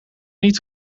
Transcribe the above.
niet